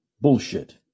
Bullshit